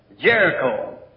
Jericho